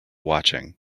watching